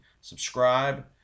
subscribe